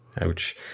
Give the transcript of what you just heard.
Ouch